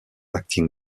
acting